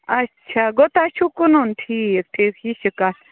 اچھا گوٚو تۅہہِ چھُو کٕنُن ٹھیٖک ٹھیٖک یہ چھِ کَتھ